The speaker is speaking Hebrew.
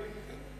כן.